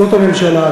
זאת הממשלה.